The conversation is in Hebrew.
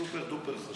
שהוא סופר-דופר-חשוב.